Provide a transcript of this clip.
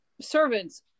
servants